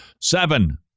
Seven